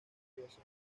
religiosa